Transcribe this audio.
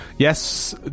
Yes